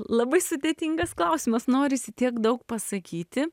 labai sudėtingas klausimas norisi tiek daug pasakyti